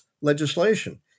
legislation